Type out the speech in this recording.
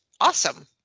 awesome